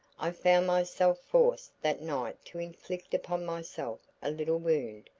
i found myself forced that night to inflict upon myself a little wound.